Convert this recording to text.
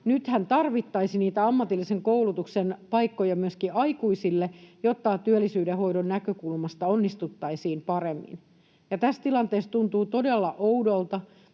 nythän tarvittaisiin niitä ammatillisen koulutuksen paikkoja myöskin aikuisille, jotta työllisyyden hoidon näkökulmasta onnistuttaisiin paremmin. Tässä tilanteessa tuntuu todella oudolta,